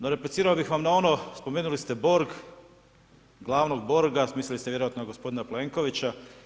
No, replicirao bih vam na ono, spomenuli ste Borg, glavnog borga, mislili ste vjerojatno gospodina Plenkovića.